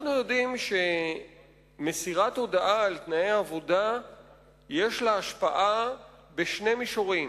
אנחנו יודעים שלמסירת הודעה על תנאי העבודה יש השפעה בשני מישורים,